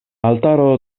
altaro